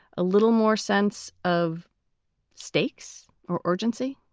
a little more sense of stakes or urgency